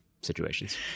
situations